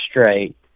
straight